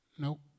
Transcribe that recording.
Nope